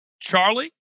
Charlie